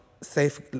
Safe